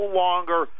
longer